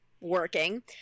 working